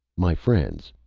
my friends!